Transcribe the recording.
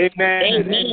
Amen